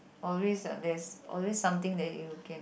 always uh there's always something that you can